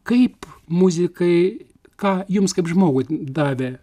kaip muzikai ką jums kaip žmogui davė